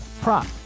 prop